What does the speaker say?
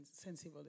sensible